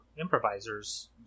improvisers